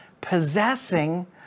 possessing